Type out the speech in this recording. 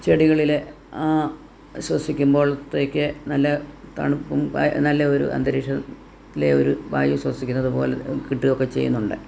ചെടികളില് ശ്വസിക്കുമ്പോൾത്തേക്ക് നല്ല തണുപ്പും നല്ല ഒരു അന്തരീക്ഷത്തിലെ ഒര് വായു ശ്വസിക്കുന്നതുപോലെ കിട്ടുകയൊക്കെ ചെയ്യുന്നുണ്ട്